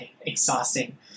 exhausting